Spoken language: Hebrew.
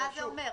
מה זה אומר?